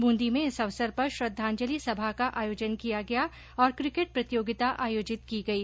ब्रंदी में इस अवसर पर श्रद्वांजलि सभा का आयोजन किया गया और किकेट प्रतियोगिता आयोजित की गई